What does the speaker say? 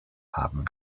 haben